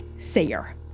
Sayer